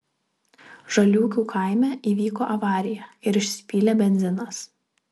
žaliūkių kaime įvyko avarija ir išsipylė benzinas